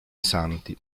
santi